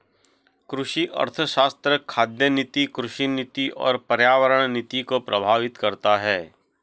कृषि अर्थशास्त्र खाद्य नीति, कृषि नीति और पर्यावरण नीति को प्रभावित करता है